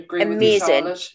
amazing